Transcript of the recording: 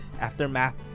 aftermath